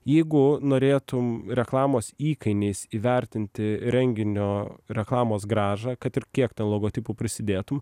jeigu norėtum reklamos įkainiais įvertinti renginio reklamos grąžą kad ir kiek ten logotipų prisidėtum